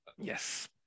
Yes